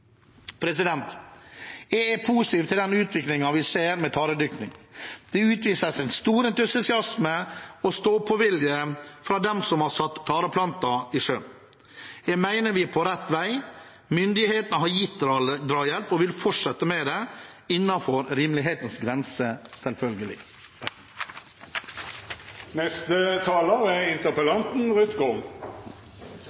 Jeg er positiv til den utviklingen vi ser med taredyrking. Det utvises stor entusiasme og stå-på-vilje fra dem som har satt tareplanter i sjøen. Jeg mener vi er på rett vei. Myndighetene har gitt drahjelp og vil fortsette med det – innenfor rimelighetens grenser, selvfølgelig. Takk til ministeren for mye positiv tilbakemelding. Som ministeren nevnte, er